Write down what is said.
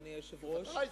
אדוני היושב-ראש.